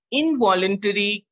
involuntary